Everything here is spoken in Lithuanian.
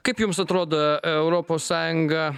kaip jums atrodo europos sąjunga